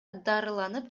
дарыланып